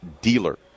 dealer